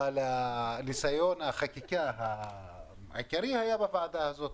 ניסיון החקיקה העיקרי שלי היה בוועדה הזאת,